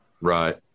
Right